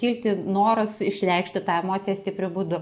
kilti noras išreikšti tą emociją stipriu būdu